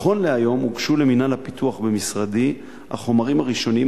נכון להיום הוגשו למינהל הפיתוח במשרדי החומרים הראשוניים